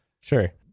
Sure